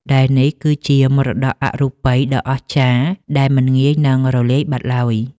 ដែលនេះគឺជាមរតកអរូបិយដ៏អស្ចារ្យដែលមិនងាយនឹងរលាយបាត់ឡើយ។